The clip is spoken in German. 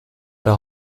der